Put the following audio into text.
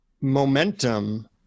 momentum